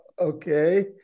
Okay